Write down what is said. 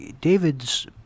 David's